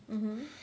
mmhmm